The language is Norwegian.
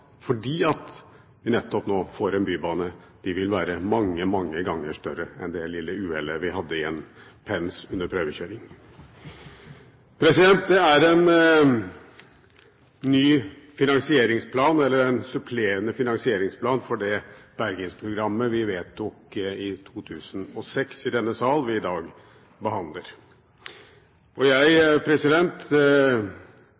fordi vi nå får nettopp en bybane, vil oppveie mange, mange ganger det lille uhellet vi hadde med en pens under prøvekjøringen. Det er en ny finansieringsplan – eller en supplerende finansieringsplan – for Bergensprogrammet, som vi vedtok i denne sal i 2006, vi i dag behandler. Jeg har lyst til fra denne talerstol å rette en takk til Bergens befolkning og